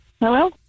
Hello